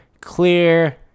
Clear